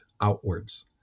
outwards